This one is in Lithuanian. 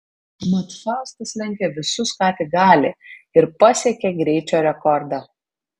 mat faustas lenkia visus ką tik gali ir pasiekia greičio rekordą